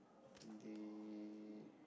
they